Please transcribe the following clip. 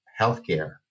healthcare